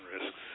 risks